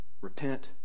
Repent